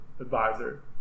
advisor